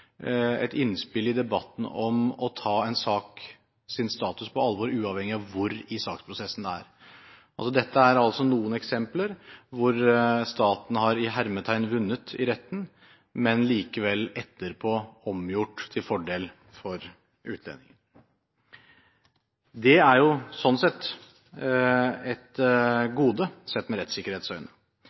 status på alvor uavhengig av hvor i saksprosessen den er. Dette er altså noen eksempler hvor staten har «vunnet» i retten, men likevel etterpå omgjort til fordel for utlendingen. Det er sånn sett et gode sett med